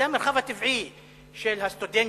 זה המרחב הטבעי של הסטודנטים,